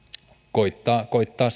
koettaa koettaa